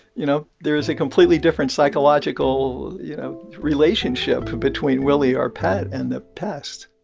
you know, there is a completely different psychological, you know, relationship between willie our pet and the pest